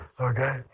Okay